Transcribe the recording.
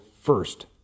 First